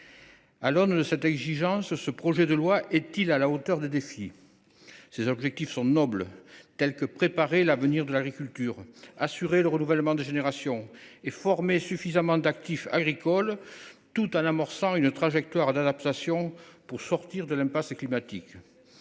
À l’aune de cette exigence, ce projet de loi est il à la hauteur des défis ? Ses objectifs sont nobles : préparer l’avenir de l’agriculture, assurer le renouvellement des générations et former suffisamment d’actifs agricoles, tout en amorçant une trajectoire d’adaptation pour sortir de l’impasse climatique.